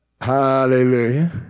Hallelujah